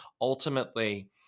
ultimately